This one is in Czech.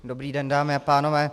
Dobrý den, dámy a pánové.